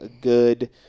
good